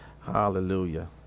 Hallelujah